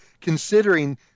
considering